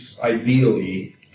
ideally